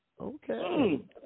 Okay